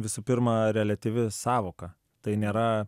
visų pirma reliatyvi sąvoka tai nėra